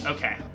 Okay